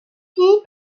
fille